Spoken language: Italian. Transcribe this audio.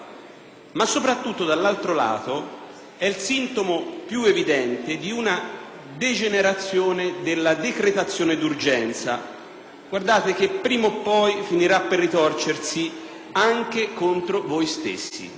Ma soprattutto, dall'altro lato, è il sintomo più evidente di una degenerazione della decretazione d'urgenza. Guardate che prima o poi finirà per ritorcersi anche contro voi stessi.